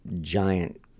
giant